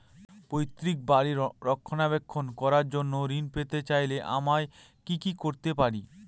পৈত্রিক বাড়ির রক্ষণাবেক্ষণ করার জন্য ঋণ পেতে চাইলে আমায় কি কী করতে পারি?